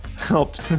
helped